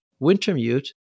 Wintermute